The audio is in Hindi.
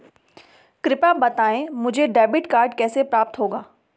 कृपया बताएँ मुझे डेबिट कार्ड कैसे प्राप्त होगा?